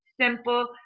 simple